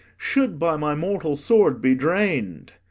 should by my mortal sword be drained!